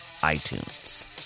iTunes